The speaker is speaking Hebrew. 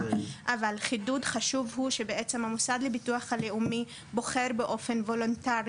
אבל חידוד חשוב הוא שבעצם המוסד לביטוח הלאומי בוחר באופן וולונטרי